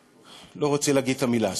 לא רוצה להגיד את המילה הזאת.